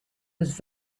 was